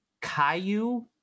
Caillou